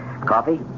Coffee